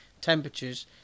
temperatures